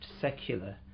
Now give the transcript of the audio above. secular